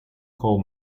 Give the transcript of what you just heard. coal